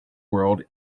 world